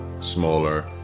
smaller